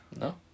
No